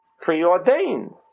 preordained